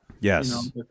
Yes